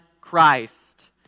Christ